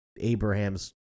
Abraham's